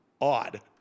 odd